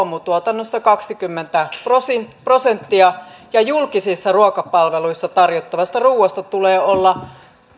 luomutuotannossa kaksikymmentä prosenttia ja julkisissa ruokapalveluissa tarjottavasta ruuasta tulee olla